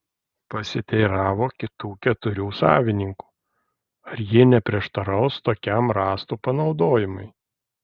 pasiteiravo kitų keturių savininkų ar jie neprieštaraus tokiam rąstų panaudojimui